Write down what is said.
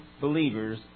believers